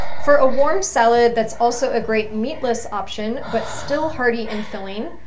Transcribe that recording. for a warm salad that's also a great meatless option but still hearty and filling,